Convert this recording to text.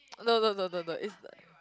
no no no no no is